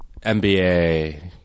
nba